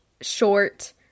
short